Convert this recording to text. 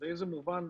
באיזה מובן?